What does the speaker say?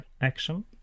action